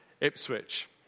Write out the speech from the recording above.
Ipswich